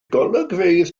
golygfeydd